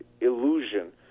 illusion